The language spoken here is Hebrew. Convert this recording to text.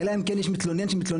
אלא אם כן יש מתלונן שמתלונן.